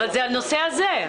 אבל זה הנושא הזה.